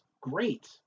Great